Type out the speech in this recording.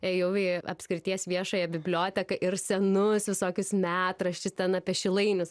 ėjau į apskrities viešąją biblioteką ir senus visokius metraščius ten apie šilainius